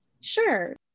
Sure